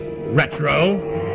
retro